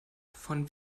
von